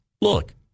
look